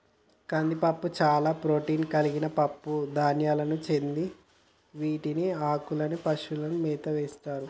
కందిపప్పు చాలా ప్రోటాన్ కలిగిన పప్పు ధాన్యాలకు చెందిన వీటి ఆకుల్ని పశువుల మేతకు వేస్తారు